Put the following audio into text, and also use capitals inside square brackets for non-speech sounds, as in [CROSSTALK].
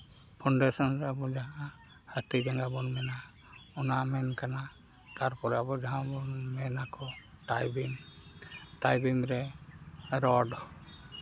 foundation ᱫᱟᱵᱚᱱ ᱡᱟᱦᱟᱸ [UNINTELLIGIBLE] ᱚᱱᱟ ᱢᱮᱱ ᱠᱟᱱᱟ ᱛᱟᱨᱯᱚᱨ ᱟᱵᱚ ᱡᱟᱦᱟᱸ ᱵᱚᱱ ᱢᱮᱱᱟᱠᱚ ᱴᱟᱭᱵᱤᱝ ᱴᱟᱭᱵᱤᱝ ᱨᱮ ᱨᱚᱰ